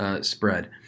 spread